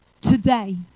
Today